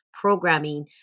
programming